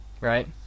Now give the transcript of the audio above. right